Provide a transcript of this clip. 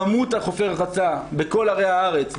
כמות חופי הרחצה בכל ערי הארץ,